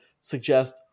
suggest